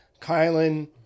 Kylan